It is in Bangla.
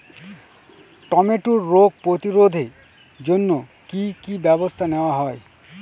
টমেটোর রোগ প্রতিরোধে জন্য কি কী ব্যবস্থা নেওয়া হয়?